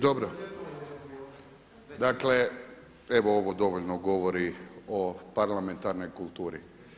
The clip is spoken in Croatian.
Dobro dakle, evo ovo dovoljno govori o parlamentarnoj kulturi.